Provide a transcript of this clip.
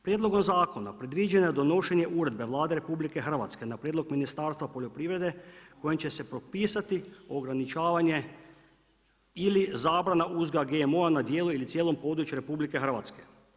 Prijedlogom zakona predviđeno je donošenje uredbe Vlade RH na prijedlog Ministarstva poljoprivrede kojom će se propisati ograničavanje ili zabrana uzgoja GMO-a na dijelu ili cijelom području RH.